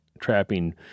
trapping